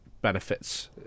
benefits